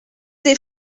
des